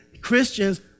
Christians